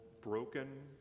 broken